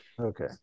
Okay